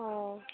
অঁ